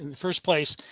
and first place,